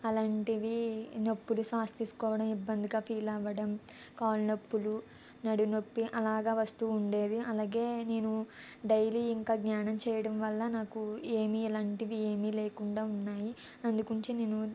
అలాంటివి నొప్పులు శ్వాస తీసుకోవడం ఇబ్బందిగా ఫీల్ అవ్వడం కాళ్ళ నొప్పులు నడుం నొప్పి అలాగ వస్తు ఉండేది అలాగే నేను డైలీ ఇంకా ధ్యానం చేయడం వల్ల నాకు ఏమి ఎలాంటివి ఏమి లేకుండా ఉన్నాయి అందు గురించి నేను